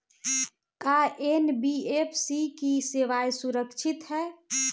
का एन.बी.एफ.सी की सेवायें सुरक्षित है?